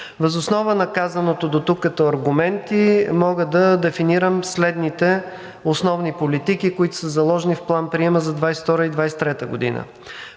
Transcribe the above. Въз основа на казаното дотук като аргументи мога да дефинирам следните основни политики, които са заложени в план приема за 2022-а и 2023 г.